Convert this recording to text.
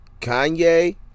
Kanye